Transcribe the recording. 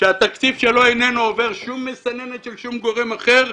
שהתקציב שלו איננו עובר שום מסננת של שום גורם אחר,